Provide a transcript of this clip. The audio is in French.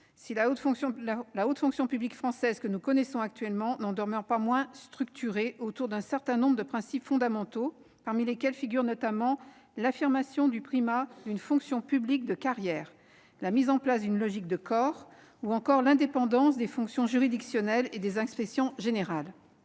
la haute fonction publique française, telle que nous la connaissons aujourd'hui, n'en demeure pas moins structurée par un certain nombre de principes fondamentaux, parmi lesquels figurent l'affirmation du primat d'une fonction publique de carrière, la logique de corps, ou encore l'indépendance des fonctions juridictionnelles et des inspections générales.